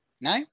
No